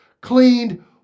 cleaned